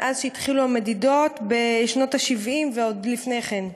מאז התחילו המדידות בשנות ה-70 ועוד לפני כן,